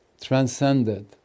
transcended